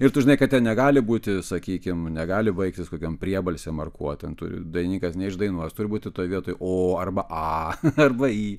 ir tu žinai kad ten negali būti sakykim negali baigtis kokiom priebalsėm ar kuo ten turi dainininkas neišdainuos turi būti toj vietoj o arba a arba y